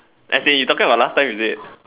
as in you talking about last time is it